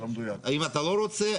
אם אתה לא רוצה,